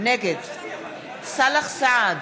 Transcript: נגד סאלח סעד,